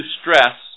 stress